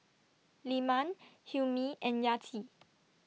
Leman Hilmi and Yati